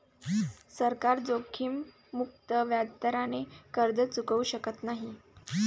सरकार जोखीममुक्त व्याजदराने कर्ज चुकवू शकत नाही